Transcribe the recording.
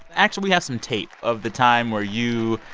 actually, we have some tape of the time where you,